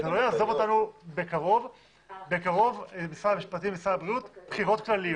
בקרוב בחירות כלליות.